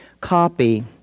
copy